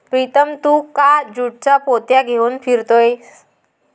प्रीतम तू का ज्यूटच्या पोत्या घेऊन फिरतोयस